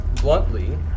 bluntly